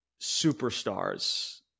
superstars